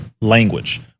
language